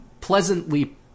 pleasantly